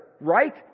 right